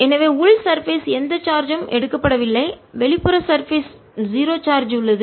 எனவே உள் சர்பேஸ் மேற்பரப்பில் எந்த சார்ஜ்ம் எடுக்கப்படவில்லை வெளிப்புற சர்பேஸ் மேற்பரப்பில் 0 சார்ஜ் உள்ளது